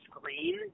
screen